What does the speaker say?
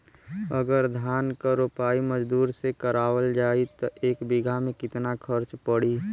अगर धान क रोपाई मजदूर से करावल जाई त एक बिघा में कितना खर्च पड़ी?